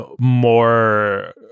more